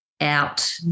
out